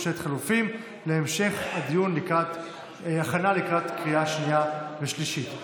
ממשלת חילופים) להמשך הדיון לקראת הכנה לקריאה שנייה ושלישית.